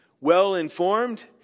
well-informed